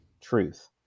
truth